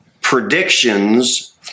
predictions